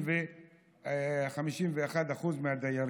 ל-51% מהדיירים.